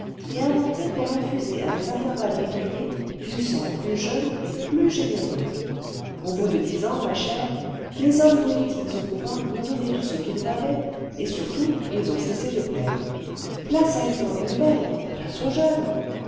et inventée pour infuser à des intervalles réguliers du sangplus jeune et plus généreux au bout de dix ans ma chère les hommes politiques au pouvoir ont donné tout ce qu'ils avaient et surtout ils ont cessé de plaire place à une fournée nouvelle place aux jeunes